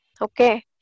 Okay